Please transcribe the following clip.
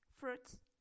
Fruits